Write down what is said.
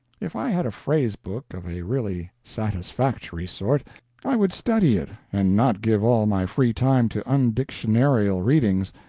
if i had a phrase-book of a really satisfactory sort i would study it, and not give all my free time to undictionarial readings,